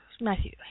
Matthew